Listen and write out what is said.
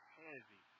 heavy